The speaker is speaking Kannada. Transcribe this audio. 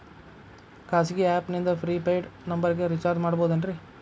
ಖಾಸಗಿ ಆ್ಯಪ್ ನಿಂದ ಫ್ರೇ ಪೇಯ್ಡ್ ನಂಬರಿಗ ರೇಚಾರ್ಜ್ ಮಾಡಬಹುದೇನ್ರಿ?